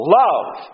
love